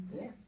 Yes